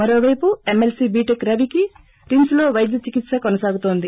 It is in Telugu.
మరోవైపు ఎమ్మెల్స్ బీటెక్ రవికి రిమ్స్ లో వైద్య చికిత్స కొనసాగుతోంది